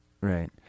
Right